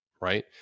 right